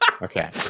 Okay